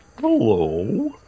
Hello